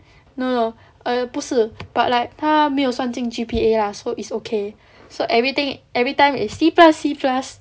no no 不是 but like 它没有算进去 G_P_A lah so is okay so everything everytime is C plus C plus